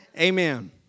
Amen